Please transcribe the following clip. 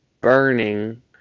burning